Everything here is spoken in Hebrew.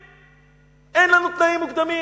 אין לנו תנאים מוקדמים?